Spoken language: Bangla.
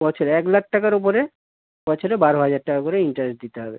বছরে এক লাখ টাকার উপরে বছরে বারো হাজার টাকা করে ইন্টারেস্ট দিতে হবে